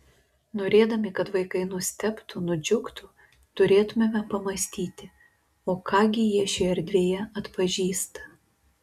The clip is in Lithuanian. norėdami kad vaikai nustebtų nudžiugtų turėtumėme pamąstyti o ką gi jie šioje erdvėje atpažįsta